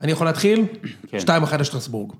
‫אני יכול להתחיל? ‫-כן. ‫-שתיים אחת לשטרסבורג.